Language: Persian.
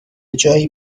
جایی